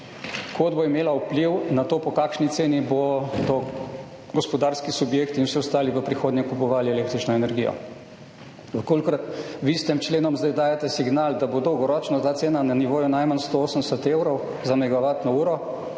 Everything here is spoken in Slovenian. kot bo imela vpliv na to, po kakšni ceni bodo gospodarski subjekti in vsi ostali v prihodnje kupovali električno energijo. V kolikor vi s tem členom zdaj dajete signal, da bo dolgoročno ta cena na nivoju najmanj 180 evrov za negovati na uro,